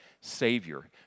Savior